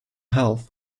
health